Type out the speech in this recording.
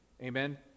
Amen